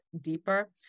deeper